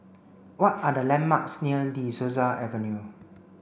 what are the landmarks near De Souza Avenue